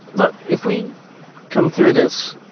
look if we come through this.